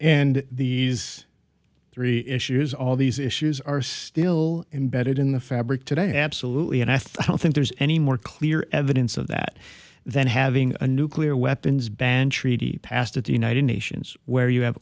and the three issues all these issues are still embedded in the fabric today absolutely and i don't think there's any more clear evidence of that than having a nuclear weapons ban treaty passed at the united nations where you have